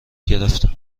گرفتم